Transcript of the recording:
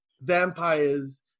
vampires